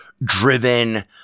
driven